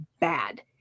bad